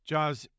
Jaws